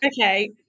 Okay